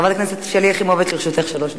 חברת הכנסת שלי יחימוביץ, לרשותך שלוש דקות.